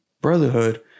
brotherhood